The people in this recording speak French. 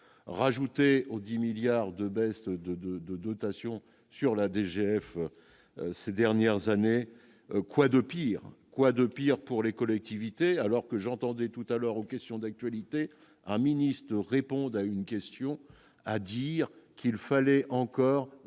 rajouter aux 10 milliards de baisses de de de dotation sur la DGF ces dernières années, quoi de pire quoi de pire pour les collectivités, alors que j'entendais tout à l'heure aux questions d'actualité, un ministre réponde à une question à dire qu'il fallait encore